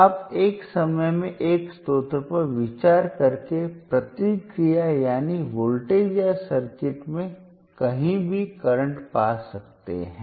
आप एक समय में एक स्रोत पर विचार करके प्रतिक्रिया यानी वोल्टेज या सर्किट में कहीं भी करंट पा सकते हैं